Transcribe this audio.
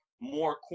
more